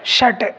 षट्